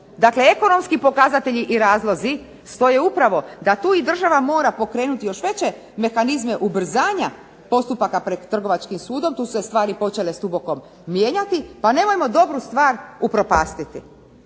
Dakle, ekonomski pokazatelji i razlozi stoje upravo da tu i država mora pokrenuti još veće mehanizme ubrzanja postupaka pred trgovačkim sudom, tu su se stvari stubokom mijenjati pa nemojmo dobru stvar upropastiti.